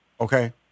okay